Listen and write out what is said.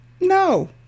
No